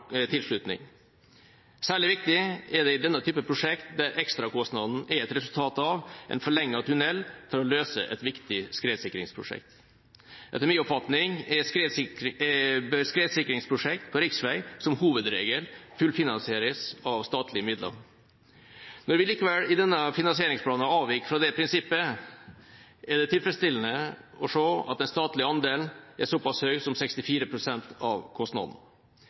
tilslutning. Særlig viktig er det i denne typen prosjekter, der ekstrakostnaden er et resultat av en forlenget tunnel for å løse et viktig skredsikringsprosjekt. Etter min oppfatning bør skredsikringsprosjekter på riksvei som hovedregel fullfinansieres av statlige midler. Når vi likevel i denne finansieringsplanen avviker fra dette prinsippet, er det tilfredsstillende å se at den statlige andelen er såpass høy som 64 pst. av